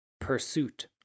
Pursuit